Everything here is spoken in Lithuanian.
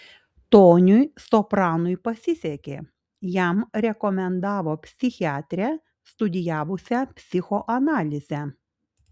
toniui sopranui pasisekė jam rekomendavo psichiatrę studijavusią psichoanalizę